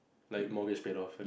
like mortgage paid off